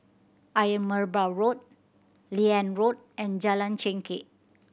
Ayer Merbau Road Liane Road and Jalan Chengkek